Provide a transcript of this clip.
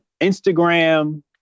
Instagram